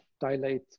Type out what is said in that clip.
dilate